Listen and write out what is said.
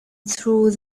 through